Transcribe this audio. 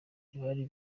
ntibari